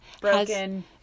broken